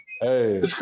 Hey